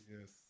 yes